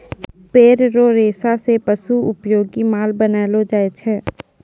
पेड़ रो रेशा से पशु उपयोगी माल बनैलो जाय छै